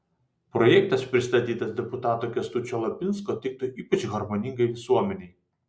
projektas pristatytas deputato kęstučio lapinsko tiktų ypač harmoningai visuomenei